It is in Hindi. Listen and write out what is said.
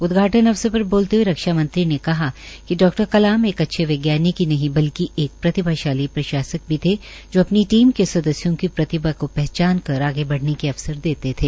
उदघाटन अवसरपर बोलते हए रक्षा मंत्री मंत्री ने कहा कि डाक्टर कलाम एक अच्छे वैज्ञानिक ही नहीं बल्कि एक प्रतिभाशाली प्रशासक भी थे जो अपनी टीम के सदस्यों का प्रतिभा को पहचान कर आगे बढ़ने के अवसर देते थे